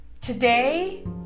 today